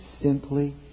simply